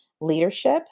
leadership